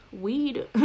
Weed